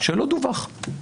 שלא דווח.